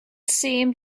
seemed